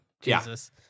Jesus